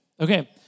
Okay